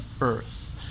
earth